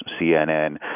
CNN